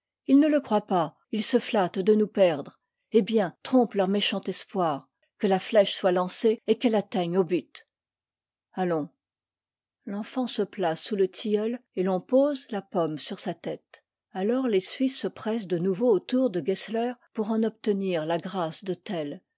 ils ne le croient pas ils se flattent de nous perdre eh bien trompe leur méchant espoir que la flèche soit lancée et qu'elle atteigne au but altons l'enfant se place sous le tilleul et l'on pose la pomme sur sa tête alors les suisses se pressent de nouveau autour de gessler pour en obtenir la grâce de tell